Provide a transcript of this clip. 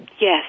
Yes